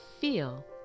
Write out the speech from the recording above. feel